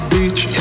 Beach